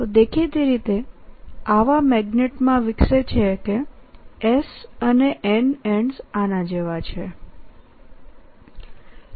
તેદેખીતી રીતેઆવા મેગ્નેટમાંવિકસેછે કેS અને N એંડ્સ આના જેવા છે